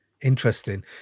Interesting